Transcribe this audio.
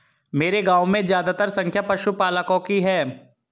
मेरे गांव में ज्यादातर संख्या पशुपालकों की है